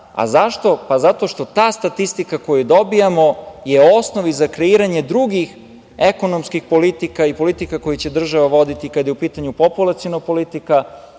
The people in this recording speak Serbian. Zašto? Zato što ta statistika koju dobijamo je osnov za kreiranje drugih ekonomskih politika i politika koje će država voditi kada je u pitanju populaciona politika.